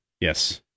Yes